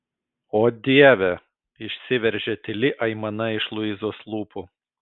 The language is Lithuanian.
o dieve išsiveržė tyli aimana iš luizos lūpų